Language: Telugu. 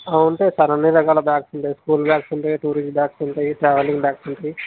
ఉంటాయి సార్ అన్నీ రకాల బ్యాగ్స్ ఉంటాయి స్కూల్ బ్యాగ్స్ ఉంటాయి టూరిస్ట్ బ్యాగ్స్ ఉంటాయి ట్రావలింగ్ బ్యాగ్స్ ఉంటాయి